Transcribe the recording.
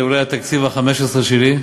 זה אולי התקציב ה-15 שלי,